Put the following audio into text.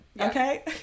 okay